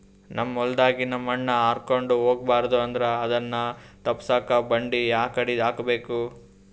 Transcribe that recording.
ನಮ್ ಹೊಲದಾಗಿನ ಮಣ್ ಹಾರ್ಕೊಂಡು ಹೋಗಬಾರದು ಅಂದ್ರ ಅದನ್ನ ತಪ್ಪುಸಕ್ಕ ಬಂಡಿ ಯಾಕಡಿ ಹಾಕಬೇಕು?